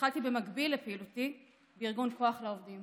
התחלתי במקביל לפעילותי בארגון כוח לעובדים